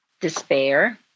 despair